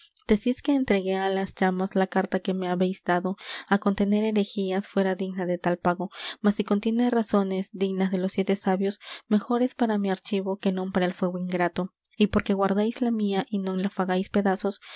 decís que entregue á las llamas la carta que me habéis dado á contener herejías fuera digna de tal pago mas si contiene razones dignas de los siete sabios mejor es para mi archivo que non para el fuego ingrato y porque guardéis la mía y non la fagáis pedazos